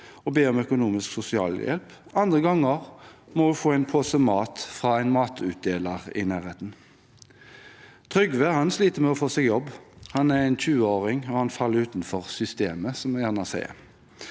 og be om økonomisk sosialhjelp, andre ganger må hun få en pose mat fra en matutdeling i nærheten. Trygve sliter med å få seg jobb. Han er 20 år og faller utenfor systemet, som man gjerne sier.